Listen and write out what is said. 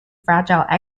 fragile